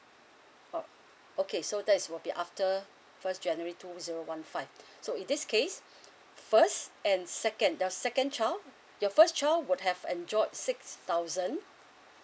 oh okay so that's will be after first january two zero one five so in this case first and second the second child your first child would have enjoyed six thousand